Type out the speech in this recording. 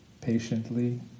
patiently